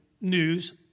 news